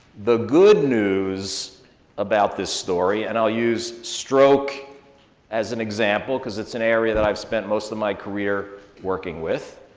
the good news about this story, and i'll use stroke as an example, cause it's an area that i've spent most of my career working with